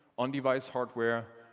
on-device hardware,